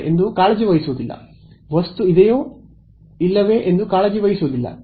5 ಎಂದು ಕಾಳಜಿ ವಹಿಸುವುದಿಲ್ಲ ವಸ್ತು ಇದೆಯೋ ಇಲ್ಲವೇ ಎಂದು ಕಾಳಜಿ ವಹಿಸುವುದಿಲ್ಲ